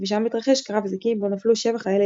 ושם התרחש קרב זיקים בו נפלו 7 חיילי